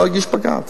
לא הגיש בג"ץ.